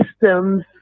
systems